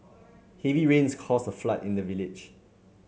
heavy rains caused a flood in the village